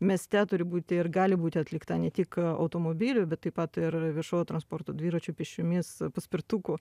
mieste turi būti ir gali būti atlikta ne tik automobiliu bet taip pat ir viešuoju transportu dviračiu pėsčiomis paspirtuku